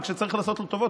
אבל כשצריך לעשות לו טובות,